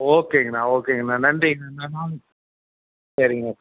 ஓகேங்கண்ணா ஓகேங்கண்ணா நன்றிங்கண்ணா வாங்க சரிங்க